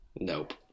Nope